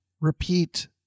repeat